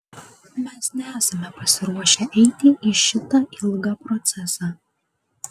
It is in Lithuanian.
mes nesame pasiruošę eiti į šitą ilgą procesą